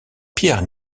pierre